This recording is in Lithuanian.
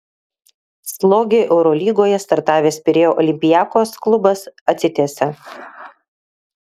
slogiai eurolygoje startavęs pirėjo olympiakos klubas atsitiesia